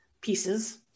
pieces